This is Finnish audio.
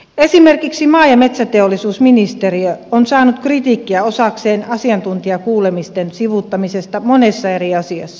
esimerkiksi maa ja metsätalousministeriö on saanut kritiikkiä osakseen asiantuntijakuulemisten sivuuttamisesta monessa eri asiassa